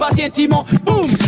Boom